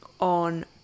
on